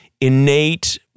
innate